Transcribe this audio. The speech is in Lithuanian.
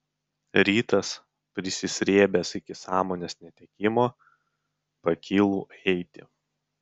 rytas prisisrėbęs iki sąmonės netekimo pakylu eiti